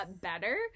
better